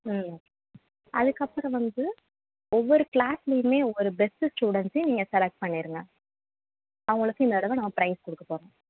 ம் அதுக்கப்புறம் வந்து ஒவ்வொரு க்ளாஸ்லையுமே ஒரு பெஸ்ட்டு ஸ்டூடண்ட்ஸையும் நீங்கள் செலெக்ட் பண்ணிடுங்க அவங்களுக்கு இந்த தடவை நம்ம ப்ரைஸ் கொடுக்கப் போகிறோம்